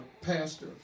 pastor